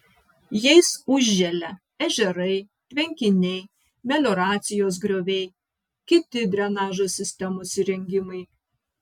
jais užželia ežerai tvenkiniai melioracijos grioviai kiti drenažo sistemos įrengimai